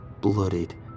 bloodied